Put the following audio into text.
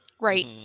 right